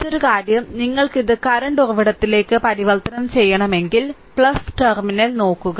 മറ്റൊരു കാര്യം നിങ്ങൾക്കത് കറന്റ് ഉറവിടത്തിലേക്ക് പരിവർത്തനം ചെയ്യണമെങ്കിൽ ടെർമിനൽ നോക്കുക